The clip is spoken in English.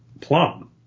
Plum